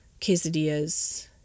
quesadillas